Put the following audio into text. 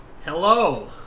Hello